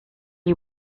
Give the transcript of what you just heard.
you